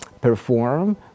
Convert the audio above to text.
perform